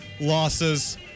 losses